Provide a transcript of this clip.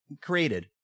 created